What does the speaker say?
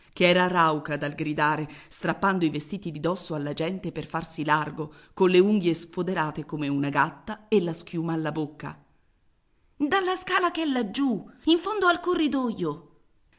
che era rauca dal gridare strappando i vestiti di dosso alla gente per farsi largo colle unghie sfoderate come una gatta e la schiuma alla bocca dalla scala ch'è laggiù in fondo al corridoio